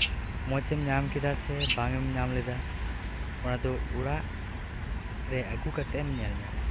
ᱢᱚᱪᱮᱢ ᱧᱟᱢᱠᱮᱫᱟ ᱥᱮ ᱵᱟᱝᱮᱢ ᱧᱟᱢᱞᱮᱫᱟ ᱚᱱᱟ ᱫᱚ ᱚᱲᱟᱜ ᱨᱮ ᱟᱹᱜᱩ ᱠᱟᱛᱮᱫ ᱮᱢ ᱧᱮᱞ ᱧᱟᱢᱟ